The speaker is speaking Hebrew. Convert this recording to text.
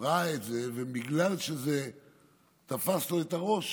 ראה את זה, ובגלל שזה תפס לו את הראש,